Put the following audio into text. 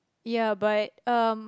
ya but um